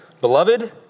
Beloved